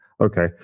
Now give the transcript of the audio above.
Okay